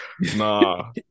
Nah